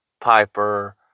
Piper